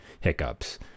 hiccups